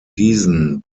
diesen